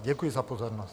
Děkuji za pozornost.